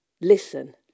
Listen